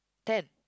at